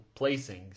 placings